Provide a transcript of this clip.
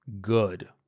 good